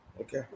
okay